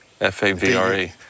f-a-v-r-e